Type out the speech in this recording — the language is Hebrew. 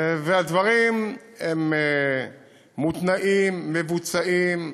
הדברים מותנעים, מבוצעים,